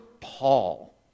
Paul